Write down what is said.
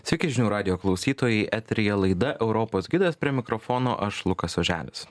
sveiki žinių radijo klausytojai eteryje laida europos gidas prie mikrofono aš lukas oželis